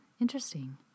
Interesting